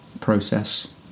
process